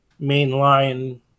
mainline